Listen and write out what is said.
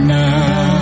now